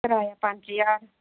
कराया पंज ज्हार